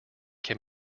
can